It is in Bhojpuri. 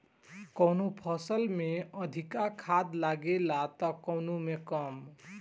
कवनो फसल में अधिका खाद लागेला त कवनो में कम